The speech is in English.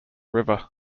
river